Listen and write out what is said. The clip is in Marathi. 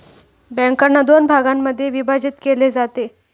बँकांना दोन भागांमध्ये विभाजित केले जाते